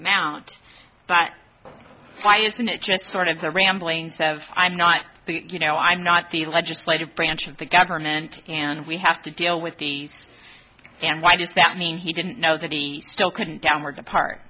amount but why isn't it just sort of the ramblings of i'm not you know i'm not the legislative branch of the government and we have to deal with the and why does that mean he didn't know that he still couldn't downward depart